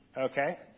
Okay